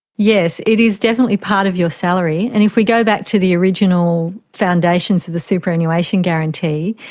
yes, it is definitely part of your salary, and if we go back to the original foundations of the superannuation guarantee,